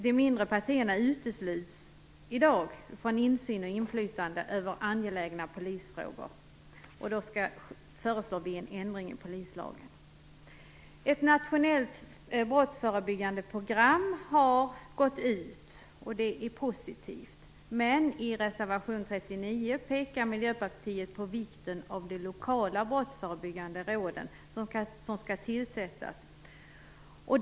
De mindre partierna utesluts i dag från insyn och inflytande över angelägna polisfrågor. Vi föreslår alltså en ändring i polislagen. Ett nationellt brottsförebyggande program har gått ut, och det är positivt. Men i reservation 39 pekar Miljöpartiet på vikten av de lokala brottsförebyggande råden som skall tillsättas.